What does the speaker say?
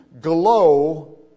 glow